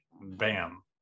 Bam